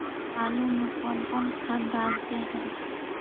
आलू में कौन कौन खाद डालते हैं?